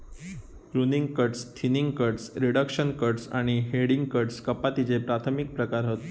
pruning cuts, thinning cuts, reduction cuts आणि heading cuts कपातीचे प्राथमिक प्रकार हत